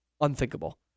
Unthinkable